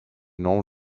non